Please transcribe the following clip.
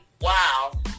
Wow